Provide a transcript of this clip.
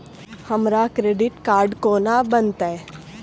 हमरा credit card कोना बनतै?